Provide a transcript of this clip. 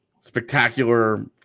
Spectacular